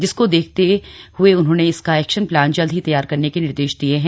जिसको देखते उन्होंने इसका एक्शन प्लान जल्द ही तैयार करने के निर्देश दिये है